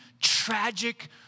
tragic